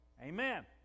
Amen